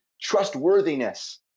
trustworthiness